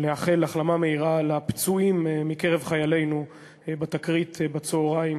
לאחל החלמה מהירה לפצועים מקרב חיילינו בתקרית בצהריים